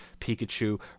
Pikachu